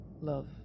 love